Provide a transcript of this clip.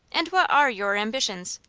and what are your ambitions?